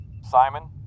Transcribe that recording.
Simon